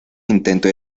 intento